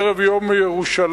ערב יום ירושלים: